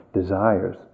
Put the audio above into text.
desires